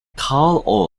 karl